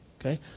okay